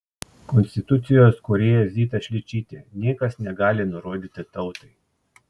konstitucijos kūrėja zita šličytė niekas negali nurodyti tautai